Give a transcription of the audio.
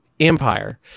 Empire